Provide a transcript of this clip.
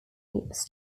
was